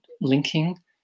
linking